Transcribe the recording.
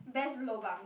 best lobang